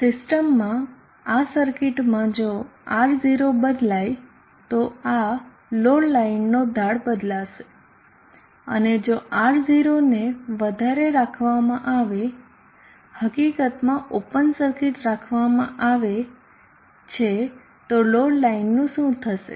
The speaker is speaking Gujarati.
સિસ્ટમમાં આ સર્કિટમાં જો R0 બદલાય તો આ લોડ લાઇનનો ઢાળ બદલાશે અને જો R0 ને વધારે રાખવામાં આવે હકીકતમાં ઓપન સરકિટ રાખવામાં આવે છે તો લોડ લાઇનનું શું થશે